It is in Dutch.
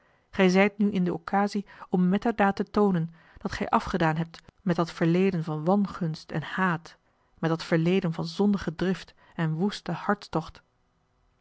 gij zijt nu in de occasie om met der daad te toonen dat gij afgedaan hebt met dat verleden van wangunst en haat met dat verleden van zondige drift en woesten